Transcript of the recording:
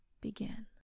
begin